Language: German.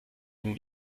denn